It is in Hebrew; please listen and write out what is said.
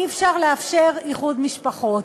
אי-אפשר לאפשר איחוד משפחות.